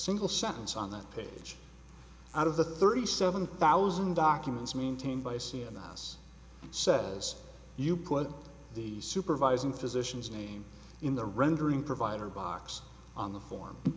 single sentence on that page out of the thirty seven thousand documents maintained by c n n the house says you put the supervising physicians name in the rendering provider box on the for